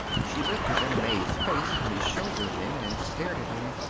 she lifted an amazed face from his shoulder then, and stared at him.